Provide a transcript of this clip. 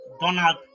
Donald